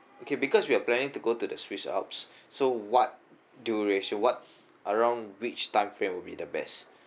okay because we are planning to go to the swiss alps so what duration what around which time frame would be the best